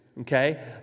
okay